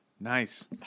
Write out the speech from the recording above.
Nice